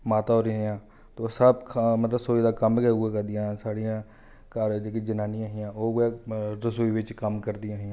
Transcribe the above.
माता होर हियां ओह् सब मतलब रसोई दा कम्म गै उ'ऐ करदियां हियां साढ़ियां घर बिच जेह्कियां जनानियां हियां उ'ऐ रसोई बिच कम्म करदियां हियां